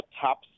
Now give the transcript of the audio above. top